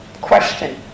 question